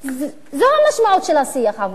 זו המשמעות של השיח עבורנו.